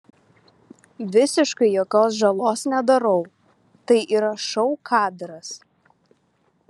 visiškai jokios žalos nedarau tai yra šou kadras